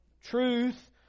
truth